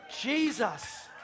Jesus